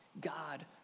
God